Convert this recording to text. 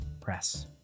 Press